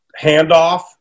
handoff